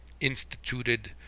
instituted